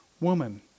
Woman